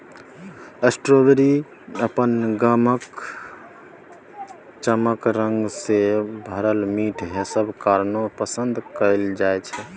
strawberry अपन गमक, चकमक रंग, रस सँ भरल मीठ हेबाक कारणेँ पसंद कएल जाइ छै